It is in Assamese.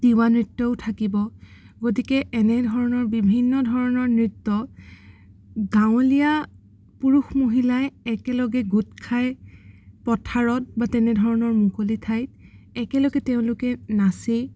তিৱা নৃত্যও থাকিব গতিকে এনে ধৰণৰ বিভিন্ন ধৰণৰ নৃত্য গাঁৱলীয়া পুৰুষ মহিলাই একেলগে গোট খাই পথাৰত বা তেনে ধৰণৰ মুকলি ঠাইত একেলগে তেওঁলোকে নাচি